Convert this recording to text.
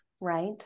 right